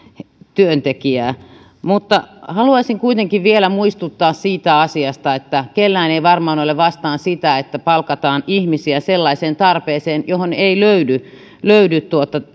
työntekijää haluaisin kuitenkin vielä muistuttaa siitä asiasta että kellään ei ei varmaan ole mitään sitä vastaan että palkataan ihmisiä sellaiseen tarpeeseen johon ei löydy löydy